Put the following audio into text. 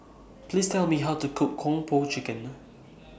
Please Tell Me How to Cook Kung Po Chicken